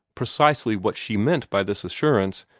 precisely what she meant by this assurance,